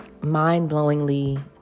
mind-blowingly